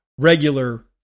Regular